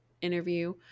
interview